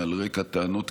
על רקע טענות,